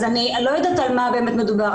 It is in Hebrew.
אז אני לא יודעת על מה באמת מדובר,